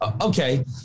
Okay